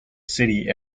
city